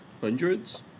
hundreds